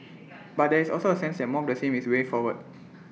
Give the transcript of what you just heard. but there is also A sense that more of the same is the way forward